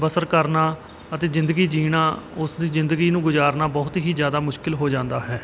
ਬਸਰ ਕਰਨਾ ਅਤੇ ਜ਼ਿੰਦਗੀ ਜਿਊਣਾ ਉਸ ਦੀ ਜ਼ਿੰਦਗੀ ਨੂੰ ਗੁਜ਼ਾਰਨਾ ਬਹੁਤ ਹੀ ਜ਼ਿਆਦਾ ਮੁਸ਼ਕਿਲ ਹੋ ਜਾਂਦਾ ਹੈ